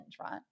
right